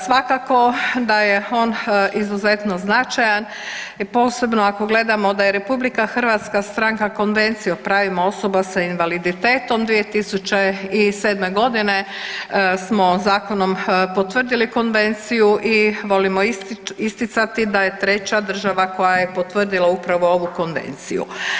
Svakako da je on izuzetno značajan, posebno ako gledamo da je RH stranka Konvencija o pravima osoba s invaliditetom 2007.g. smo zakonom potvrdili konvenciju i volimo isticati da je treća država koja je potvrdila upravo ovu konvenciju.